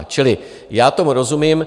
Čili já tomu rozumím.